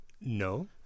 No